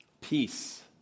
Peace